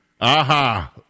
Aha